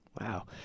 Wow